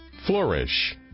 flourish